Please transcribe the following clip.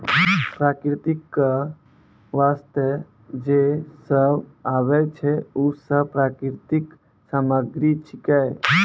प्रकृति क वास्ते जे सब आबै छै, उ सब प्राकृतिक सामग्री छिकै